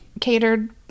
catered